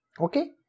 Okay